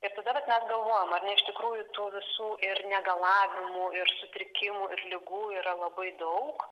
ir tada vat mes galvojom ar ne iš tikrųjų tų visų ir negalavimų ir sutrikimų ligų yra labai daug